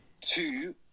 Two